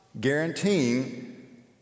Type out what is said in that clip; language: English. guaranteeing